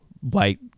white